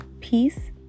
peace